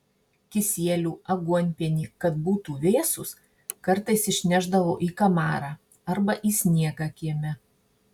kisielių aguonpienį kad būtų vėsūs kartais išnešdavo į kamarą arba į sniegą kieme